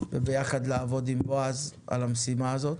וביחד לעבוד עם בועז על המשימה הזאת.